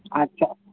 ᱟᱪᱪᱷᱟ